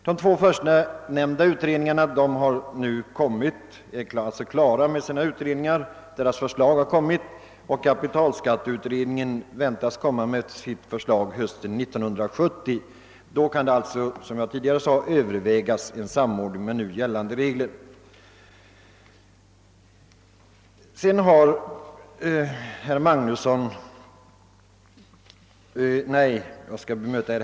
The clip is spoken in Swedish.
De två förstnämnda utredningarna har nu framlagt sina förslag, och kapitalskatteutredningen väntas komma med sitt förslag hösten 1970. Då kan alltså, som jag tidigare sade, en samordning med nu gällande regler övervägas.